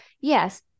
Yes